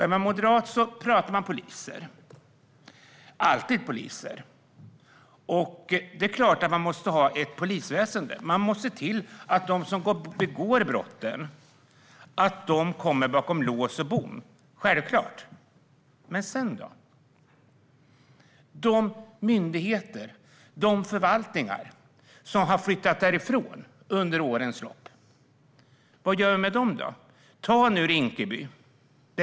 Är man moderat pratar man poliser - alltid. Det är klart att vi måste ha ett polisväsen. Vi måste självklart se till att de som begår brott hamnar bakom lås och bom. Men sedan då? Vad gör vi med de myndigheter och förvaltningar som har flyttat därifrån under årens lopp?